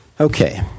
Okay